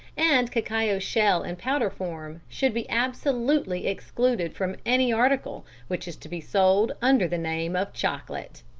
and cacao shell in powder form, should be absolutely excluded from any article which is to be sold under the name of chocolate.